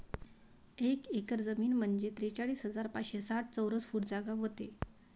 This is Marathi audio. एक एकर जमीन म्हंजे त्रेचाळीस हजार पाचशे साठ चौरस फूट जागा व्हते